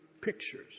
pictures